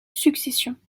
succession